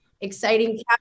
exciting